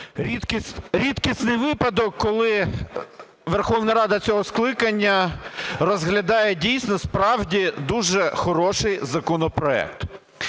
Рідкісний випадок, коли Верховна Рада цього скликання розглядає дійсно справді дуже хороший законопроект,